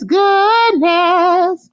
goodness